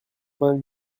vingt